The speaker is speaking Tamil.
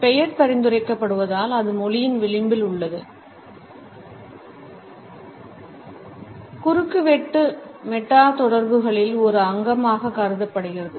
பெயர் பரிந்துரைக்கப்படுவதால் அது மொழியின் விளிம்பில் உள்ளது குறுக்குவெட்டு மெட்டா தொடர்புகளின் ஒரு அங்கமாக கருதப்படுகிறது